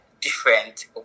different